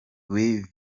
with